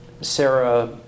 Sarah